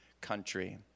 country